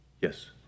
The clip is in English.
Yes